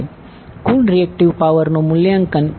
કુલ reactive power નું મૂલ્યાંકન QT3935